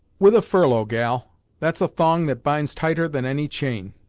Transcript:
with a furlough, gal that's a thong that binds tighter than any chain.